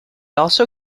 also